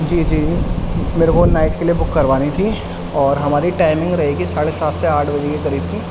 جی جی میرے کو نائٹ کے لیے بک کروانی تھی اور ہماری ٹائمنگ رہے گی ساڑھے سات سے آٹھ بجے کے قریب کی